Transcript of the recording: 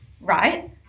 right